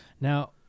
Now